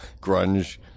grunge